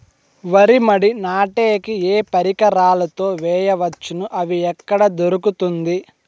వరి మడి నాటే కి ఏ పరికరాలు తో వేయవచ్చును అవి ఎక్కడ దొరుకుతుంది?